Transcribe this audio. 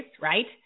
Right